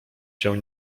się